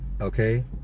Okay